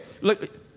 look